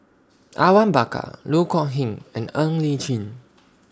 Awang Bakar Loh Kok Heng and Ng Li Chin